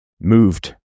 moved